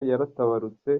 yaratabarutse